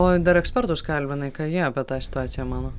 o dar ekspertus kalbinai ką jie apie tą situaciją mano